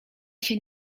się